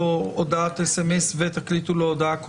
אם זה היה תלוי בממשלה,